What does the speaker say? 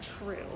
true